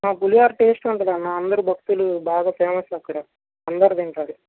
ఆ పులిహోర టేస్ట్ ఉంటుంది అన్న అందరూ భక్తులు బాగా ఫేమస్ అక్కడ అందరు తింటారు